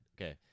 Okay